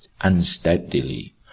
unsteadily